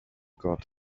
got